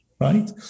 Right